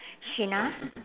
sheena